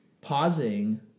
Pausing